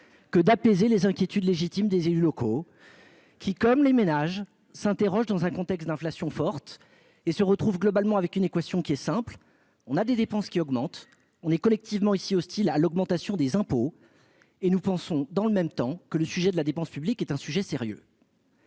d'apaiser les inquiétudes légitimes des élus locaux, qui, comme les ménages, s'interrogent, dans un contexte d'inflation forte, et se trouvent confrontés à une équation simple : les dépenses augmentent, nous sommes collectivement hostiles à l'augmentation des impôts et nous considérons dans le même temps que la dépense publique est un sujet sérieux.